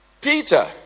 Peter